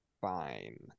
fine